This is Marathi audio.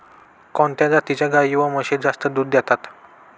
कोणत्या जातीच्या गाई व म्हशी जास्त दूध देतात?